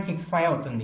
65 అవుతుంది